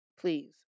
Please